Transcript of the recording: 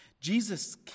Jesus